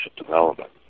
development